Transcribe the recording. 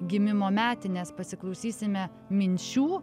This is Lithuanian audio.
gimimo metinės pasiklausysime minčių